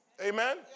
Amen